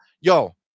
Yo